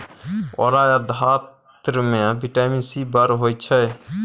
औरा या धातृ मे बिटामिन सी बड़ होइ छै